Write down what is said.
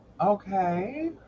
Okay